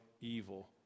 evil